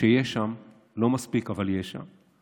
שיש שם, לא מספיק, אבל יש שם,